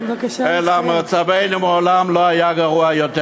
אלא מצבנו מעולם לא היה גרוע יותר.